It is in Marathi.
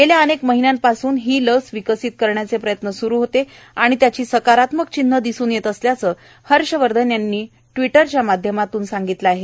गेल्या अनेक महिन्यांपासूनही लस विकसित करण्याचे प्रयत्न सुरु होते आणि त्याची सकारात्मक चिन्हे दिसुन येत असल्याचं हर्षवर्धन यांनी ट्विटरद्वारे सांगितलं आहे